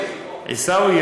עיסאווי,